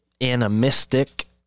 Animistic